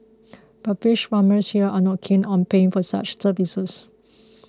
but fish farmers here are not keen on paying for such services